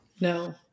no